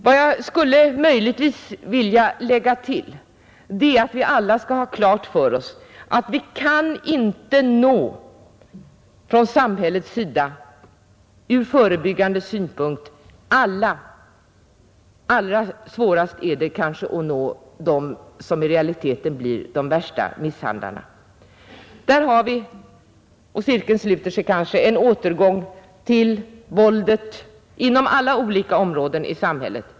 Vad jag möjligtvis skulle vilja lägga till är att vi alla skall ha klart för oss att vi från samhällets sida inte kan nå alla ur förebyggande synpunkt. Allra svårast är det kanske att nå dem som i realiteten blir de värsta misshandlarna. Där har vi — och cirkeln sluter sig kanske — en återgång till våldet inom alla olika områden i samhället.